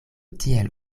tiel